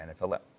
NFL